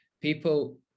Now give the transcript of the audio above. people